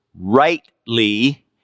rightly